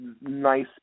nice